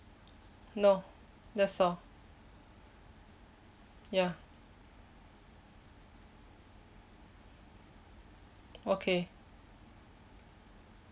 no that's all ya okay